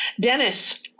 Dennis